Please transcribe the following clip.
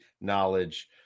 knowledge